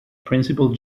principal